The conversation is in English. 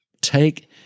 take